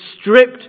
stripped